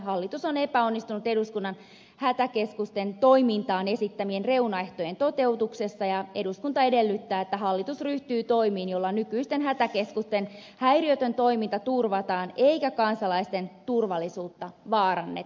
hallitus on epäonnistunut eduskunnan hätäkeskusten toimintaan esittämien reunaehtojen toteutuksessa ja eduskunta edellyttää että hallitus ryhtyy toimiin joilla nykyisten hätäkeskusten häiriötön toiminta turvataan eikä kansalaisten turvallisuutta vaaranneta